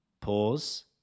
Pause